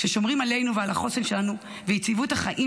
ששומרים עלינו ועל החוסן שלנו ויציבות החיים